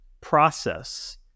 process